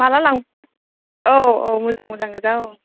माब्ला लांफैयो औ औ मोजां मोजां गोजा औ